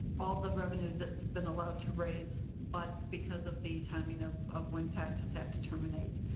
all the revenues that's been allowed to raise but because of the timing of of when taxes have to terminate.